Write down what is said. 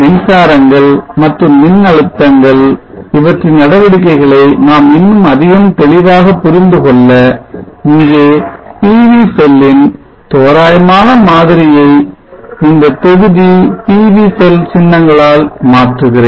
மின்சாரங்கள் மற்றும் மின் அழுத்தங்கள் இவற்றின் நடவடிக்கைகளை நாம் இன்னும் அதிகம் தெளிவாக புரிந்துகொள்ள இங்கே PV செல்லின் தோராயமான மாதிரியை இந்த தொகுதி PV செல் சின்னங்களால் மாற்றுகிறேன்